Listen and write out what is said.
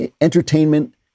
entertainment